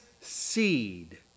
seed